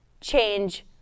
change